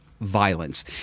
violence